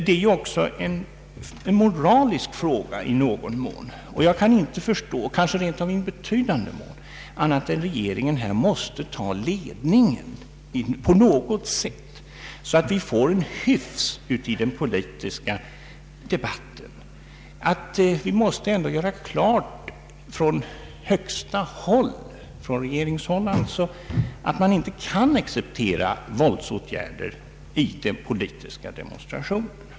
Det är också, kanske rent av i betydande mån, en moralisk fråga, och jag kan inte förstå annat än att regeringen här måste ta ledningen på något sätt, så att vi får hyfs i den politiska debatten. Det måste göras klart från högsta håll — alltså från regeringshåll — att man inte kan acceptera våldsåtgärder vid politiska demonstrationer.